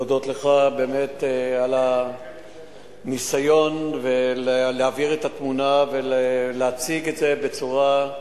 להודות לך באמת על הניסיון להבהיר את התמונה ולהציג את זה בצורה,